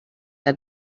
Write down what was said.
que